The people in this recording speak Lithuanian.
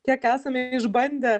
kiek esame išbandę